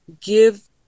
give